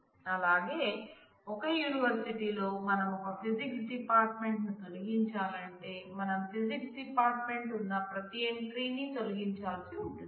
అలాగే ఒక యూనివర్సిటీలో మనం ఒక ఫిజిక్స్ డిపార్ట్మెంట్ ను తొలగించాలంటే మనం ఫిజిక్స్ డిపార్ట్మెంట్ ఉన్న ప్రతి ఎంట్రీని తొలగించాల్సి ఉంటుంది